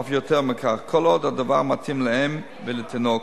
ואף יותר מכך, כל עוד הדבר מתאים לאם ולתינוק.